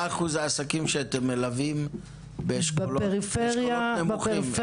מהו אחוז העסקים שאתם מלווים באשכולות נמוכים?